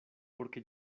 porque